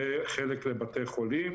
וחלק לבתי-חולים.